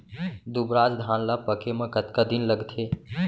दुबराज धान ला पके मा कतका दिन लगथे?